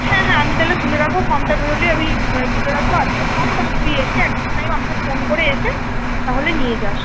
হ্যাঁ হ্যাঁ আমি তাহলে তুলে রাখবো ফর্মটা বেরোলেই আমি তুলে রাখবো আর্টসের ফর্ম তাহলে তুই এসে একটা টাইম আমাকে ফোন করে এসে তাহলে নিয়ে যাস